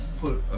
put